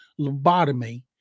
lobotomy